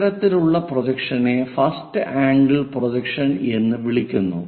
അത്തരത്തിലുള്ള പ്രൊജക്ഷനെ first angle projection എന്ന് വിളിക്കുന്നു